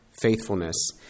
faithfulness